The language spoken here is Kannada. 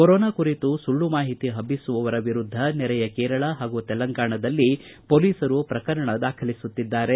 ಕೊರೊನಾ ಕುರಿತು ಸುಳ್ಳು ಮಾಹಿತಿ ಹಬ್ಬಿಸುವವರ ವಿರುದ್ದ ನೆರೆಯ ಕೇರಳ ಹಾಗೂ ತೆಲಂಗಾಣದಲ್ಲಿ ಪೊಲೀಸರು ಪ್ರಕರಣ ದಾಖಲಿಸುತ್ತಿದ್ದಾರೆ